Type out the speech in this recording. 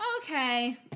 Okay